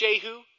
Jehu